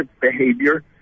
behavior